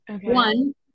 One